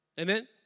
Amen